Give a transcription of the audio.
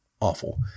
Awful